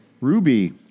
Ruby